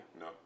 No